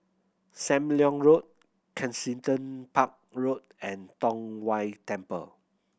Sam Leong Road Kensington Park Road and Tong Whye Temple